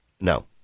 No